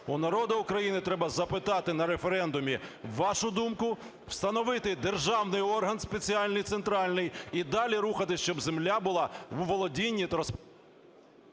у народу України, треба запитати на референдумі вашу думку, встановити державний орган спеціальний центральний і далі рухатись, щоб земля була у володінні та…